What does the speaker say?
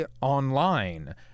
online